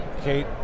Kate